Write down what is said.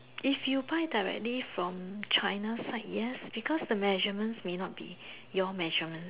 if you buy directly from China site yes because the measurements may not be your measurement